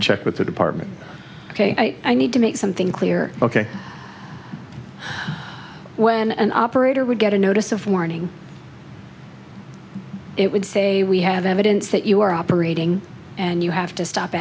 check with the department ok i need to make something clear ok when an operator would get a notice of warning it would say we have evidence that you are operating and you have to stop